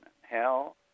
hell